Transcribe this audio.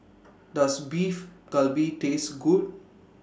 Does Beef Galbi Taste Good